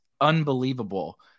unbelievable